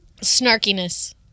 snarkiness